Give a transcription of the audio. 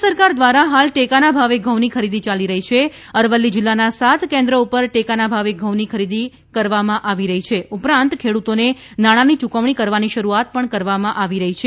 રાજય સરકાર દ્વારા હાલ ટેકાના ભાવે ઘઉંની ખરીદી યાલી રહી છે અરવલ્લી જિલ્લાના સાત કેન્દ્ર પર ટેકાના ભાવે ઘઉંની ખરીદી કરવામાં આવી રહી છે ઉપરાંત ખેડૂતોને નાણાની યુકવણી કરવાની શરૂઆત પણ કરવામાં આવી રહી છે